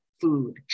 food